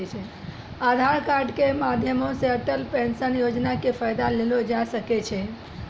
आधार कार्ड के माध्यमो से अटल पेंशन योजना के फायदा लेलो जाय सकै छै